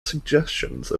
suggestions